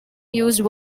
used